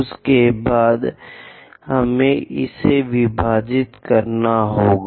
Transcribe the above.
उसके बाद हमें इसे विभाजित करना होगा